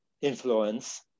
influence